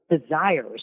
desires